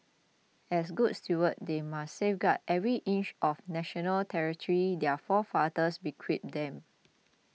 as good stewards they must safeguard every inch of national territory their forefathers bequeathed them